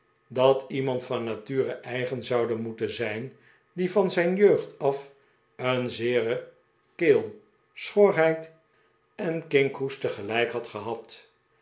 dat iemand van nature eigen zouden moeten zijn die van zijn jeugd af een zeere keel schorheid en kinkhoest tegelijk had gehad